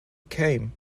came